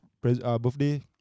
birthday